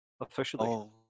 officially